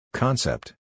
Concept